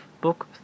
Book